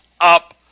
up